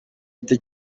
mfite